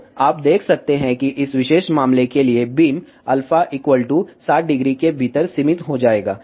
तो आप देख सकते हैं कि इस विशेष मामले के लिए बीम α 600 के भीतर सीमित हो जाएगा